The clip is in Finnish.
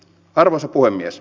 arvoisa puhemies